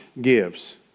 gives